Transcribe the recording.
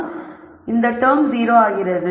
ஆகவே இந்த டெர்ம் 0 ஆகிறது